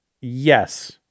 yes